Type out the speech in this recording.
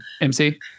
MC